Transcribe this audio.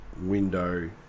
window